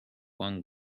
one